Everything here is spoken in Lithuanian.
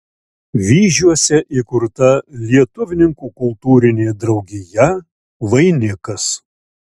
vyžiuose įkurta lietuvininkų kultūrinė draugija vainikas